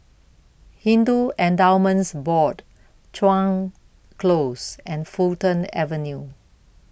Hindu Endowments Board Chuan Close and Fulton Avenue